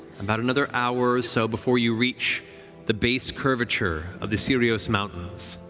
about another hour or so before you reach the base curvature of the cyrios mountains.